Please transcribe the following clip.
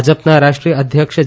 ભાજપના રાષ્ટ્રીય અધ્યક્ષ જે